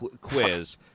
quiz